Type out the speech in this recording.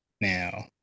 Now